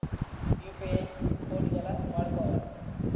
UPI code ఎలా వాడుకోవాలి?